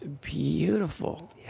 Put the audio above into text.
beautiful